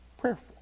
prayerful